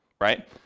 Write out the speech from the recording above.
right